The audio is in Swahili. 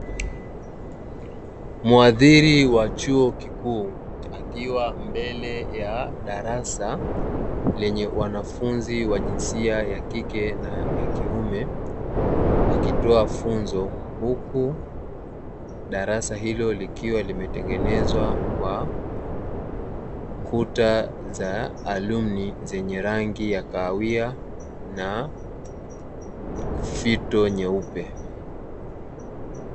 Mhadhiri wa chuo kikuu, akiwa mbele ya darasa lenye wanafunzi wa jinsia ya kike na ya kiume, akitoa funzo. Huku darasa hilo likiwa limetengenezwa kwa kuta za alumni, zenye rangi ya kahawia na fito nyeupe.